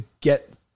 get